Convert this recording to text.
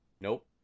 Nope